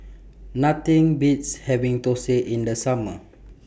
Nothing Beats having Thosai in The Summer